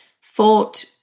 fought